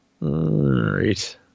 right